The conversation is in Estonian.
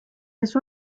kes